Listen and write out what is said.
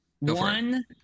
One